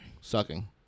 sucking